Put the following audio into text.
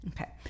Okay